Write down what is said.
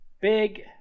Big